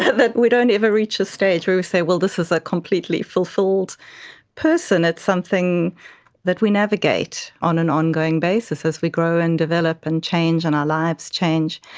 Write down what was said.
that that we don't ever reach a stage where we say, well, this is a completely fulfilled person. it's something that we navigate on an ongoing basis as we grow and develop and change and our lives change.